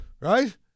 right